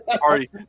party